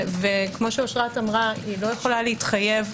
וכפי שאשרת אמרה אינה יכולה להתחייב,